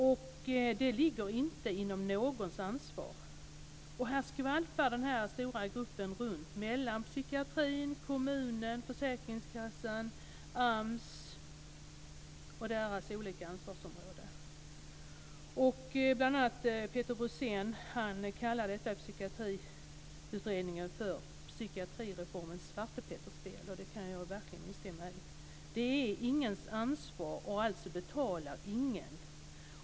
Och det ligger inte inom någons ansvarsområde. Här skvalpar denna stora grupp runt mellan psykiatrins, kommunens, försäkringskassans och AMS ansvarsområden. Bl.a. Peter Brusén kallar detta i Psykiatriutredningen för psykiatrireformens Svarte Petter-spel, och det kan jag verkligen instämma i. Det är ingens ansvar, och alltså betalar ingen.